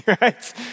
right